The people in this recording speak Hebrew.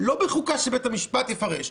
לא בחוקה שבית המשפט יפרש,